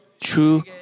true